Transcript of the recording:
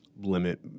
Limit